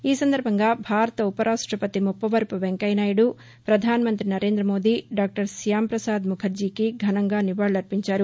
ఈ సందర్బంగా భారత ఉపరాష్టపతి ముప్పవరపు వెంకయ్య నాయుడు ప్రధానమంతి నరేంద్ర మోదీ డాక్టర్ శ్యాం ప్రసాద్ ముఖర్జీ కి ఘనంగా నివాళులు అర్పించారు